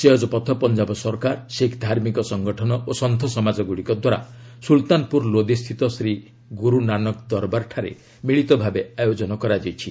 ସେହଜପଥ ପଞ୍ଜାବ ସରକାର ଶିଖ୍ ଧାର୍ମିକ ସଂଗଠନ ଓ ସନ୍ତୁ ସମାଜଗ୍ରଡ଼ିକ ଦ୍ୱାରା ସ୍ରଲତାନପ୍ରର ଲୋଦି ସ୍ଥିତ ଶ୍ରୀ ଗୁରୁନାନକ ଦରବାରଠାରେ ମିଳିତ ଭାବେ ଆୟୋଜନ କରାଯାଇଛି